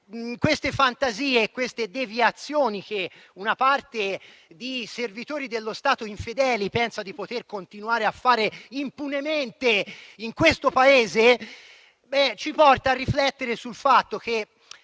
Queste fantasie, queste deviazioni, che una parte di servitori dello Stato infedeli pensano di poter continuare a realizzare impunemente in questo Paese, ci portano a riflettere sul fatto che